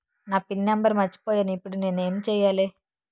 నా pin number మర్చిపోయాను ఇప్పుడు నేను ఎంచేయాలి?